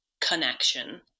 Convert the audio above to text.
connection